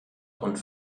und